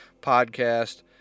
Podcast